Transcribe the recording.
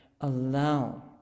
allow